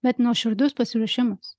bet nuoširdus pasiruošimas